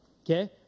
okay